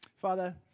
Father